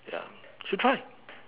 ya should try